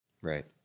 Right